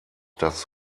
das